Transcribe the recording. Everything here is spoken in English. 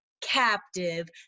captive